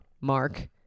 Mark